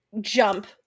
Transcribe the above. jump